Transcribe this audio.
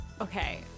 okay